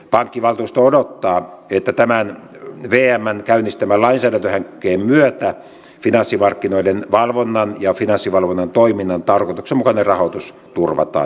pankkivaltuusto odottaa että tämän vmn käynnistämän lainsäädäntöhankkeen myötä finanssimarkkinoiden valvonnan ja finanssivalvonnan toiminnan tarkoituksenmukainen rahoitus turvataan jatkossakin